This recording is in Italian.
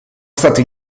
stati